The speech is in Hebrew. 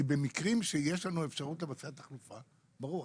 כי במקרים שיש לנו אפשרות לבצע תחלופה זה ברור,